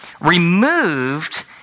removed